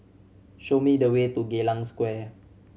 show me the way to Geylang Square